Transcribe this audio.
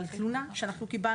למשל, על תלונה שקיבלנו.